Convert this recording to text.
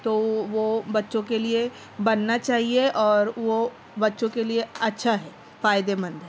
تو وہ بچوں کے لیے بننا چاہیے اور وہ بچوں کے لیے اچھا ہے فائدہ مند ہے